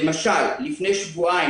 למשל לפני שבועיים,